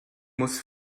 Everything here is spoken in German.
muss